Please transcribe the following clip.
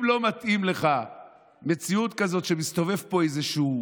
אם לא מתאימה לך מציאות כזאת שמסתובב פה איזשהו